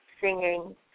singing